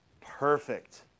Perfect